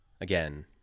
again